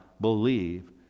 believe